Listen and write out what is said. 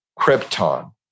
Krypton